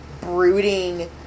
brooding